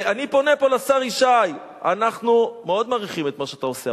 אני פונה פה לשר ישי: אנחנו מאוד מעריכים את מה שאתה עושה,